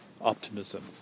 Optimism